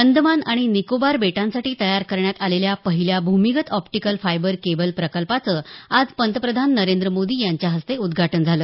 अंदमान आणि निकोबार बेटांसाठी तयार करण्यात आलेल्या पहिल्या भूमिगत ऑप्टिकल फायबर केबल प्रकल्पाचं आज पंतप्रधान नरेंद्र मोदी यांच्या हस्ते उद्घाटन झालं